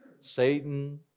Satan